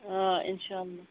آ اِنشاء اللہ